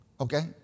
Okay